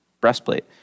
breastplate